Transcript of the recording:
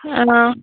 ꯑꯥ